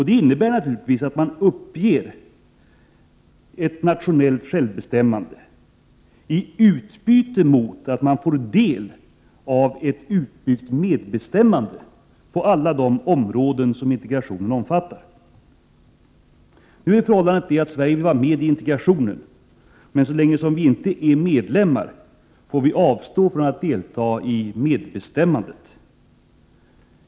Det innebär naturligtvis att staterna uppger ett nationellt självbestämmande i utbyte mot att få del av ett utbyggt medbestämmande på alla de områden som integrationen omfattar. Sverige vill vara med i integrationen, men så länge vi inte är medlemmar får vi avstå från att delta i medbestämmandet.